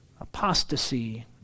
apostasy